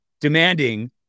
demanding